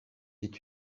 est